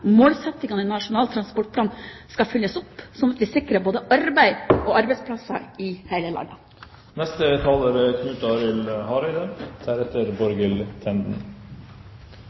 Målsettingene i Nasjonal transportplan skal fylles opp, slik at vi sikrer både arbeid og arbeidsplasser i hele landet. Eg vil starte med å takke representanten Bård Hoksrud for interpellasjonen, som eg synest er